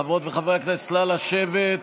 חברות וחברי הכנסת, נא לשבת.